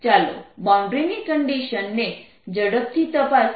ચાલો બાઉન્ડ્રીની કંડિશન્સ ને ઝડપથી તપાસીએ